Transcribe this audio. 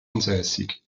ansässig